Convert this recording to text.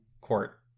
court